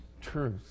truth